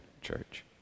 Church